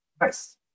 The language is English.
Nice